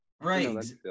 Right